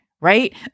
right